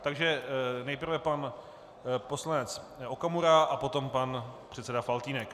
Takže nejprve pan poslanec Okamura a potom pan předseda Faltýnek.